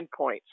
endpoints